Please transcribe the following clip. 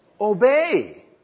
Obey